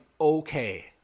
okay